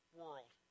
world